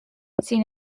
sin